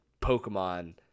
Pokemon